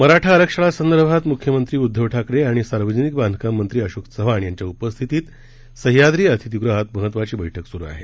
मराठा आरक्षणासंदर्भात मुख्यमंत्री उद्धव ठाकरे आणि सार्वजनिक बांधकाम मंत्री अशोक चव्हाण यांच्या उपस्थितीत सहयाद्री अतिथीगृहात महत्वाची बैठक सुरू आहे